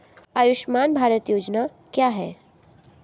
आयुष्मान भारत योजना क्या है?